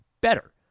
better